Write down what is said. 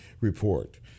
report